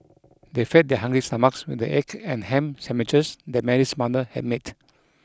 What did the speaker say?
they fed their hungry stomachs with the egg and ham sandwiches that Mary's mother had made